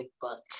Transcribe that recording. book